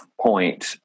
point